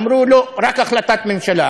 אמרו: לא, רק החלטת ממשלה.